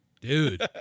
Dude